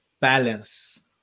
balance